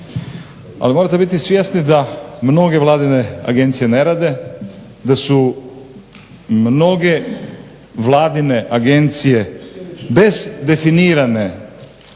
Ali morate biti svjesni da mnoge vladine agencije ne rade, da su mnoge vladine agencije bez definirane